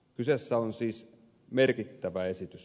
kyseessä on siis merkittävä esitys